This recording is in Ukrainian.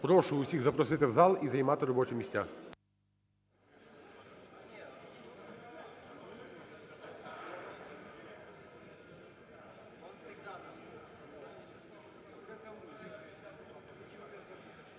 Прошу всіх запросити в зал і займати робочі місця.